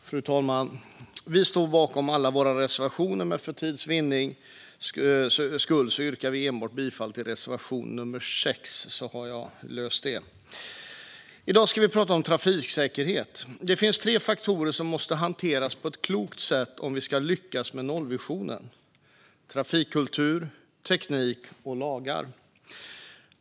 Fru talman! Vi står bakom alla våra reservationer, men för tids vinnande yrkar jag bifall endast till reservation nr 6. I dag ska vi prata om trafiksäkerhet. Det finns tre faktorer som måste hanteras på ett klokt sätt om vi ska lyckas med nollvisionen: trafikkultur, teknik och lagar.